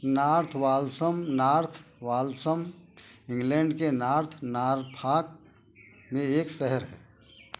north Walsham North Walsham England के North Norfolk में एक शहर है